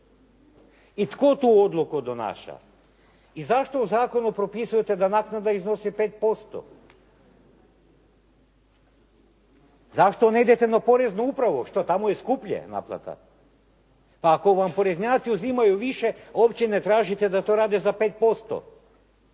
i tko tu odluku donaša i zašto u zakonu propisujete da naknada iznosi 5%? Zašto ne idete na poreznu upravu? Što, tamo je skuplja naplata? Pa ako vam poreznjaci uzimaju više, uopće ne tražite da to rade za 5%